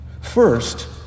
First